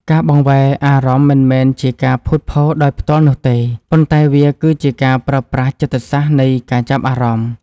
ការបង្វែរអារម្មណ៍មិនមែនជាការភូតភរដោយផ្ទាល់នោះទេ ប៉ុន្តែ វាគឺជាការប្រើប្រាស់ចិត្តសាស្ត្រនៃការចាប់អារម្មណ៍។